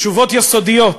תשובות יסודיות,